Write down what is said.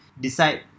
decide